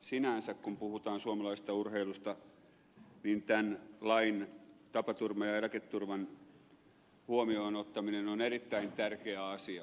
sinänsä kun puhutaan suomalaisesta urheilusta tämän lain tapaturma ja eläketurvan huomioon ottaminen on erittäin tärkeä asia